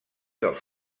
dels